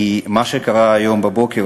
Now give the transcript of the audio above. כי מה שקרה היום בבוקר,